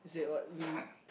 it said what we'll